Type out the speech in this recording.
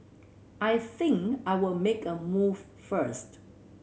I think I would make a move first